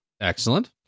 Excellent